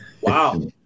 Wow